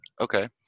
Okay